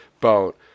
boat